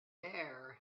there